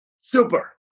super